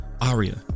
Aria